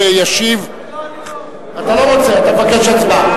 אתה בוודאי תשיב,